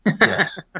Yes